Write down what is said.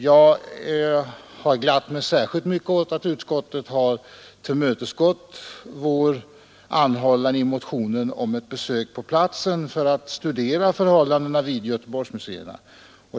Jag har glatt mig särskilt mycket åt att utskottet har tillmötesgått vår anhållan i motionen om ett besök på platsen för att studera förhållandena vid Göteborgsmuseerna.